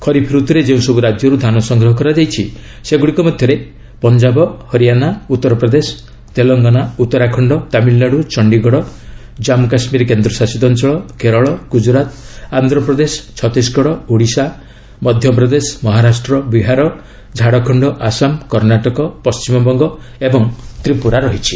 ଖରିପ୍ ରତୁରେ ଯେଉଁସବୁ ରାଜ୍ୟରୁ ଧାନ ସଂଗ୍ରହ କରାଯାଇଛି ସେଗୁଡ଼ିକ ମଧ୍ୟରେ ପଞ୍ଜାବ ହରିଆନା ଉତ୍ତର ପ୍ରଦେଶ ତେଲଙ୍ଗନା ଉତ୍ତରାଖଣ୍ଡ ତାମିଲନାଡ଼ୁ ଚଣ୍ଡିଗଡ଼ ଜାନ୍ପୁ କାଶ୍ମୀର କେନ୍ଦ୍ରଶାସିତ ଅଞ୍ଚଳ କେରଳ ଗୁଜରାତ ଆନ୍ଧ୍ରପ୍ରଦେଶ ଛତିଶଗଡ଼ ଓଡ଼ିଶା ମଧ୍ୟପ୍ରଦେଶ ମହାରାଷ୍ଟ୍ର ବିହାର ଝାଡ଼ଖଣ୍ଡ ଆସାମ କର୍ଣ୍ଣାଟକ ପଶ୍ଚିମବଙ୍ଗ ଓ ତ୍ରିପୁରା ରହିଛି